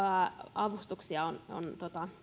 avustuksia on on